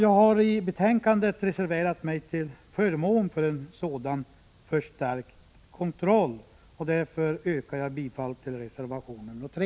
Jag har i betänkandet reserverat mig till förmån för en sådan förstärkt kontroll, och därför yrkar jag bifall till reservation 3.